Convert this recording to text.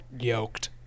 yoked